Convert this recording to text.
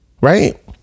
right